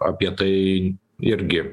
apie tai irgi